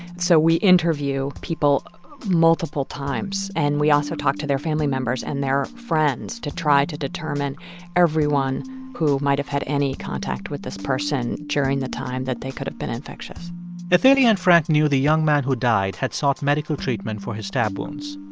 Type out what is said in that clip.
so we interview people multiple times. and we also talk to their family members and their friends to try to determine everyone who might have had any contact with this person during the time that they could've been infectious athalia and frank knew the young man who died had sought medical treatment for his stab wounds.